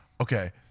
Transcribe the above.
Okay